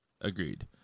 Agreed